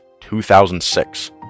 2006